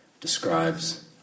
describes